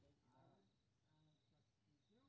हमरो बीमा करीके छः?